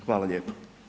Hvala lijepo.